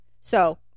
So-